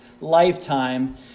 lifetime